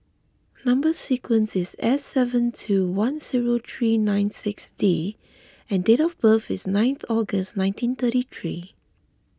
Number Sequence is S seven two one zero three nine six D and date of birth is ninth August nineteen thirty three